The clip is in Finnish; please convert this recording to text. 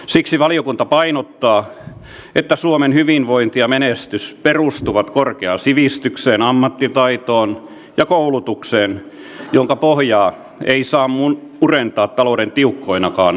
siksi valiokunta painottaa että suomen hyvinvointi ja menestys perustuvat korkeaan sivistykseen ammattitaitoon ja koulutukseen jonka pohjaa ei saa murentaa talouden tiukkoinakaan aikoina